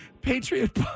Patriot